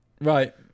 right